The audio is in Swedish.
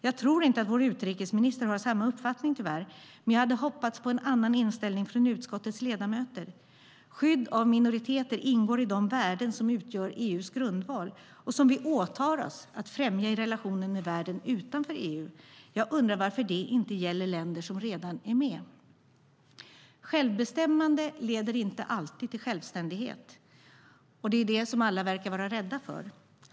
Jag tror tyvärr inte att vår utrikesminister har samma uppfattning, men jag hade hoppats på en annan inställning från utskottets ledamöter. Skydd av minoriteter ingår i de värden som utgör EU:s grundval och som vi åtar oss att främja i relationen med världen utanför EU. Jag undrar varför det inte gäller länder som redan är med. Självbestämmande leder inte alltid till självständighet, och det är det som alla verkar vara rädda för.